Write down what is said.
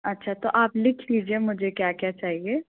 अच्छा तो आप लिख लीजिए मुझे क्या क्या चाहिए